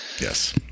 yes